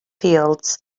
fields